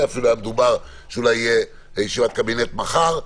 דובר אפילו שתהיה ישיבת קבינט מחר,